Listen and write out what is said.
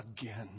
again